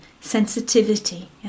sensitivity